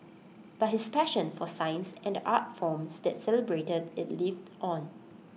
but his passion for science and the art forms that celebrated IT lived on